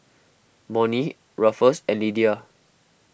Monnie Ruffus and Lidia